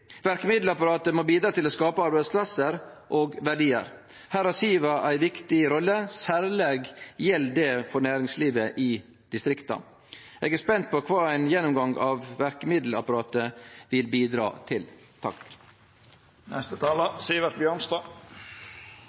Verkemiddelapparatet må bidra til å skape arbeidsplassar og verdiar. Her har Siva ei viktig rolle, og særleg gjeld det for næringslivet i distrikta. Eg er spent på kva ein gjennomgang av verkemiddelapparatet vil bidra til.